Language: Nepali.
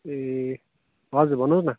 ए हजुर भन्नुहोस् न